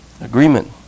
agreement